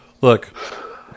Look